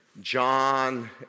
John